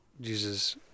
Jesus